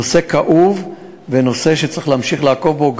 זה נושא כאוב ונושא שצריך להמשיך לעקוב בו,